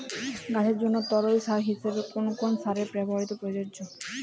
গাছের জন্য তরল সার হিসেবে কোন কোন সারের ব্যাবহার প্রযোজ্য?